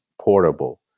portable